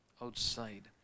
outside